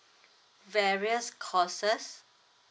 various courses